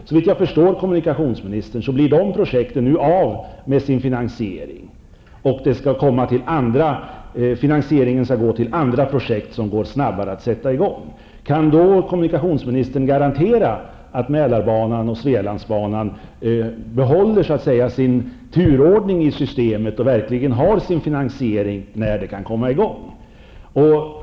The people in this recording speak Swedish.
Såvitt jag förstår av kommunikationsministerns besked dras nu finansieringen av dessa projekt in, och pengarna skall gå till andra projekt, som kan sättas i gång snabbare. Kan då kommunikationsministern garantera att Mälarbanan och Svealandsbanan behåller sin turordning och verkligen får sin finansiering när de projekten kan komma i gång?